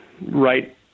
right